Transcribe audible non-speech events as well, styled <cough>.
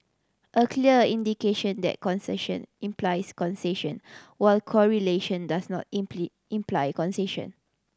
a clear indication that causation implies causation while correlation does not <unintelligible> imply causation